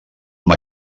amb